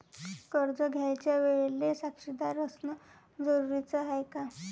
कर्ज घ्यायच्या वेळेले साक्षीदार असनं जरुरीच हाय का?